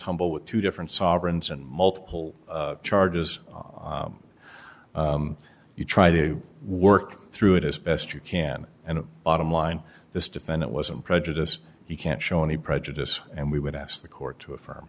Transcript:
tumble with two different sovereigns and multiple charges you try to work through it as best you can and bottom line this defendant wasn't prejudiced you can't show any prejudice and we would ask the court to affirm